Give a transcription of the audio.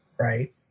right